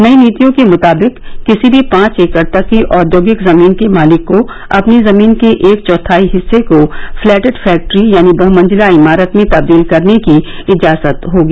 नई नीतियों के मुताबिक किसी भी पांच एकड़ तक की औद्योगिक जमीन के मालिक को अपनी जमीन के एक चौथाई हिस्से को फ्लेटेड फैक्ट्री यानी बहुमंजिला इमारत में तब्दील करने की इजाजत होगी